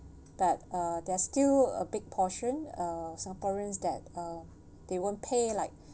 but uh there s still a big portion uh singaporeans that uh they won't pay like